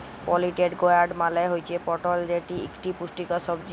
পলিটেড gourd মালে হুচ্যে পটল যেটি ইকটি পুষ্টিকর সবজি